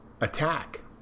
attack